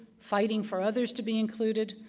fighting for others to be included,